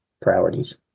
priorities